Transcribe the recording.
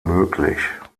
möglich